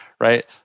Right